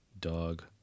Dog